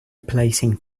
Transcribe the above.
placing